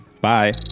Bye